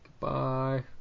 goodbye